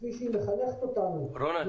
כפי שהיא מחנכת אותנו- -- רונה,